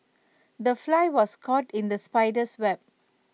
the fly was caught in the spider's web